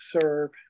serve